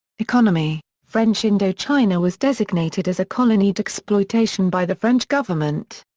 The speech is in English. economy french indochina was designated as a colonie d'exploitation by the french government.